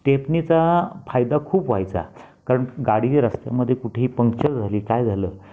स्टेपनीचा फायदा खूप व्हायचा कारण गाडी रस्त्यामध्ये कुठेही पंक्चर झाली काय झालं